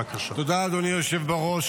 אדוני היושב-ראש.